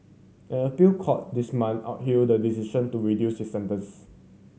an appeal court this month upheld the decision to reduce his sentence